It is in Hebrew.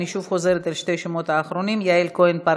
אני שוב חוזרת על שני השמות האחרונים: יעל כהן-פארן,